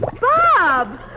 Bob